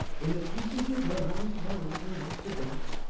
in the passage of her house one evening after dark,